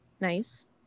nice